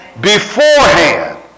beforehand